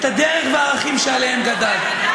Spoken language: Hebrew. את הדרך ואת הערכים שעליהם גדלת.